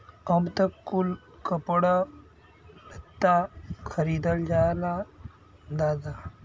अब त कुल कपड़ो लत्ता खरीदल जाला दादा